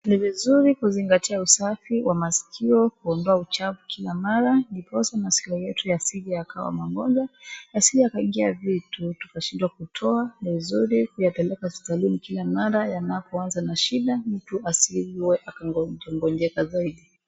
Ni vizuri kuzingatia usafi wa masikio, kuondoa uchafu kila mara, ndiposa masikio yetu yasije yakawa magonjwa. Yasije yakaingia vitu tukashindwa kutoa. Ni vizuri kuyapeleka hospitalini kila mara yanapoanza na shida, mtu asije akangonjeka zaidi.